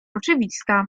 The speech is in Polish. oczywista